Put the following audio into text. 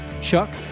Chuck